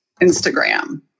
Instagram